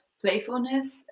playfulness